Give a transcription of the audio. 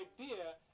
idea